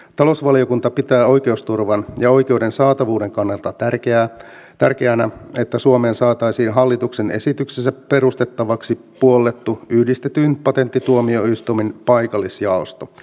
talousvaliokunta pitää oikeusturvan ja oikeuden saatavuuden kannalta tärkeänä että suomeen saataisiin hallituksen esityksessä perustettavaksi puollettu yhdistetyn patenttituomioistuimen paikallisjaosto